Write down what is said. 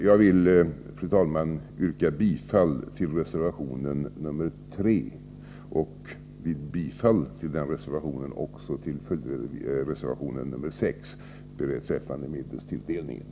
Jag vill, fru talman, yrka bifall till reservation 3 och även till reservation 6 beträffande medelsanvisningen.